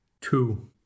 two